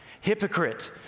Hypocrite